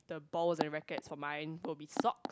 balls and rackets for mine will be sock